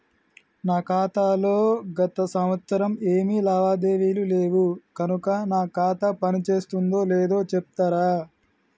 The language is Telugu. నా ఖాతా లో గత సంవత్సరం ఏమి లావాదేవీలు లేవు కనుక నా ఖాతా పని చేస్తుందో లేదో చెప్తరా?